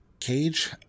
Cage